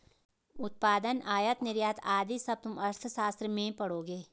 उत्पादन, आयात निर्यात आदि सब तुम अर्थशास्त्र में पढ़ोगे